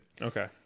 Okay